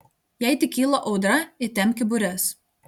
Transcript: jei tik kyla audra įtempki bures